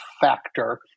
factor